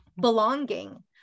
belonging